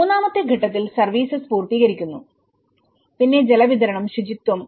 മൂന്നാമത്തെ ഘട്ടത്തിൽ സർവീസസ് പൂർത്തീകരിക്കുന്നു പിന്നെ ജലവിതരണം ശുചിത്വം